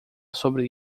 sobre